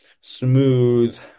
smooth